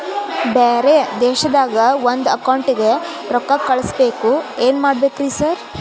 ಬ್ಯಾರೆ ದೇಶದಾಗ ಒಂದ್ ಅಕೌಂಟ್ ಗೆ ರೊಕ್ಕಾ ಕಳ್ಸ್ ಬೇಕು ಏನ್ ಮಾಡ್ಬೇಕ್ರಿ ಸರ್?